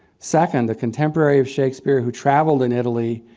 second, the contemporary of shakespeare who travelled in italy,